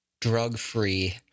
drug-free